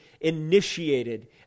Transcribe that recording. initiated